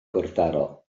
gwrthdaro